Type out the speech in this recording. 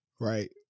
Right